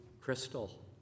Crystal